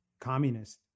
communist